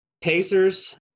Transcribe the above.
Pacers